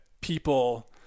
people